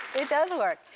it does work.